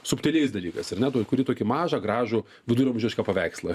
subtiliais dalykais ar ne tu kuri tokį mažą gražų viduramžišką paveikslą